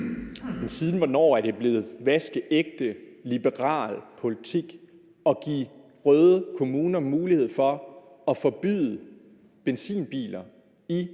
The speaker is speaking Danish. Men siden hvornår er det blevet vaskeægte liberal politik at give røde kommuner en mulighed for at forbyde benzinbiler i